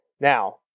Now